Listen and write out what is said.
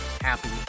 happy